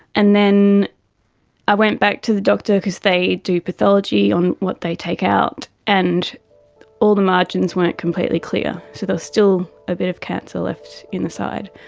and then i went back to the doctor because they do pathology on what they take out, and all the margins weren't completely clear. so there was still a bit of cancer left in the side.